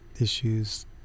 issues